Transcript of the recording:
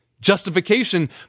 Justification